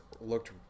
looked